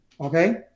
okay